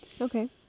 Okay